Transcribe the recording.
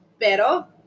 Pero